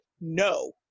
No